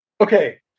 okay